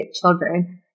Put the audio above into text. children